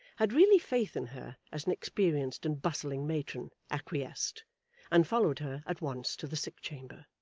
had really faith in her as an experienced and bustling matron, acquiesced and followed her, at once, to the sick chamber.